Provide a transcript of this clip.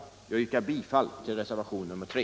Jag yrkar bifall till reservation nr 3.